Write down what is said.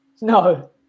no